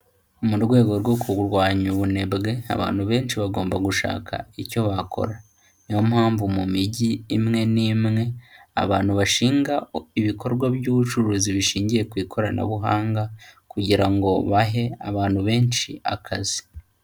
Mu rwego rwo kurwanya ubunebwe, abantu benshi bagomba gushaka icyo bakora, ni yo mpamvu mu mijyi imwe n'imwe abantu bashinga ibikorwa by'ubucuruzi bishingiye ku ikoranabuhanga, kugira ngo bahe abantu benshi akazi.